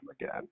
again